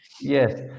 Yes